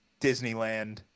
Disneyland